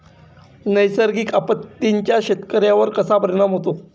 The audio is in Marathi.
नैसर्गिक आपत्तींचा शेतकऱ्यांवर कसा परिणाम होतो?